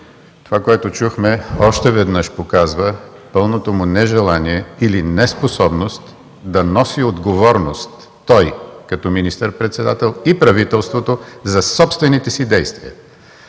това, което чухме, още веднъж показва пълното му нежелание или неспособност да носи отговорност – той, като министър-председател, и правителството за собствените си действия.